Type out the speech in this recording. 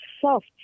soft